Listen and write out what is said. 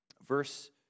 verse